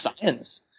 science